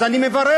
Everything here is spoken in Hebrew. אז אני מברך.